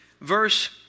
verse